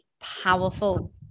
powerful